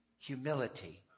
humility